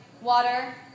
water